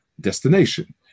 destination